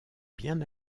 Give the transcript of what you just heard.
bien